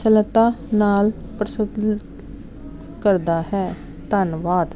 ਸਰਲਤਾ ਨਾਲ ਪ੍ਰਚਲਿਤ ਕਰਦਾ ਹੈ ਧੰਨਵਾਦ